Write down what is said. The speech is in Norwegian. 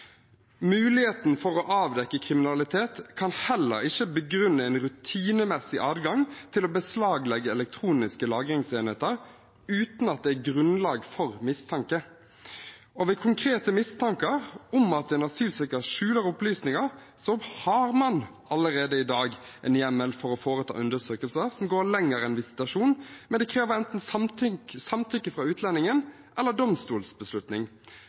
Muligheten for å avdekke kriminalitet kan heller ikke begrunne en rutinemessig adgang til å beslaglegge elektroniske lagringsenheter uten at det er grunnlag for mistanke. Ved konkrete mistanker om at en asylsøker skjuler opplysninger, har man allerede i dag en hjemmel for å foreta undersøkelser som går lenger enn visitasjon, men det krever enten samtykke fra utlendingen eller domstolsbeslutning.